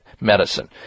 medicine